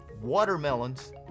Watermelons